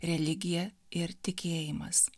religija ir tikėjimas